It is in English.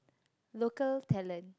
local talent